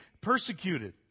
persecuted